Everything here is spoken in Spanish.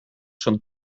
son